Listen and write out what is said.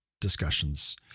discussions